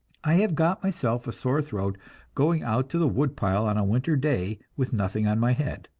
i have got myself a sore throat going out to the wood-pile on a winter day with nothing on my head.